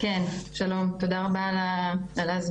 שלום ותודה רבה על ההזמנה.